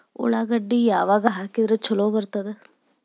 ಉಳ್ಳಾಗಡ್ಡಿ ಯಾವಾಗ ಹಾಕಿದ್ರ ಛಲೋ ಬರ್ತದ?